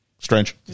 Strange